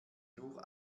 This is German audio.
nur